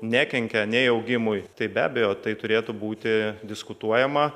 nekenkia nei augimui tai be abejo tai turėtų būti diskutuojama